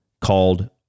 called